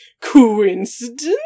coincidence